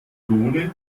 drohne